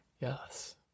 Yes